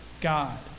God